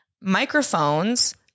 microphones